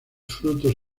frutos